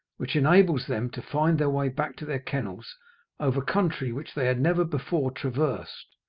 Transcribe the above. which enables them to find their way back to their kennels over country which they had never before traversed.